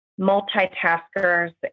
multitaskers